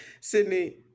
Sydney